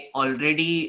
already